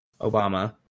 Obama